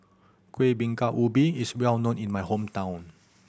Kueh Bingka Ubi is well known in my hometown